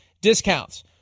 discounts